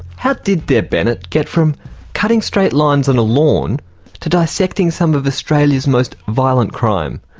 how did deb bennett get from cutting straight lines on a lawn to dissecting some of australia's most violent crime?